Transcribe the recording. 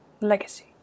Legacy